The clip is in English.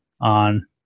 on